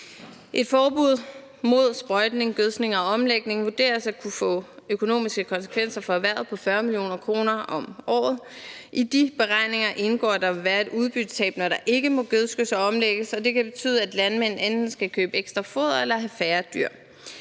Et forbud mod sprøjtning, gødskning og omlægning vurderes at kunne få økonomiske konsekvenser for erhvervet på 40 mio. kr. om året. I de beregninger indgår der, hvad der er et udbyttetab, når der ikke må gødskes og omlægges, og det kan betyde, at landmænd enten skal købe ekstra foder eller have færre dyr.